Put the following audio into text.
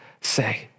say